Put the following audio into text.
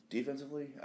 Defensively